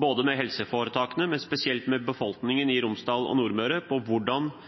både med helseforetakene og spesielt med befolkningen i Romsdal og Nordmøre, på hvordan